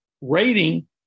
rating